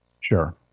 Sure